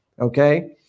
okay